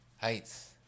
heights